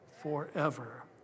forever